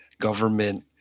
government